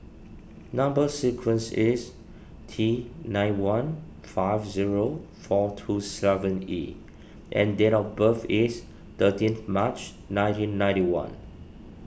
Number Sequence is T nine one five zero four two seven E and date of birth is thirteenth March nineteen ninety one